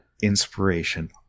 inspiration